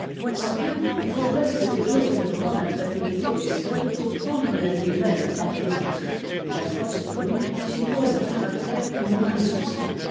sans doute il faut presque toujours une grande intrépidité d'esprit pour prendre la vie humaine en plaisanterie et la force comique suppose un caractère au moins insouciant